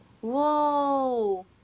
Whoa